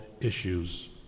issues